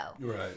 Right